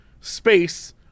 space